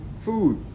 food